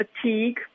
fatigue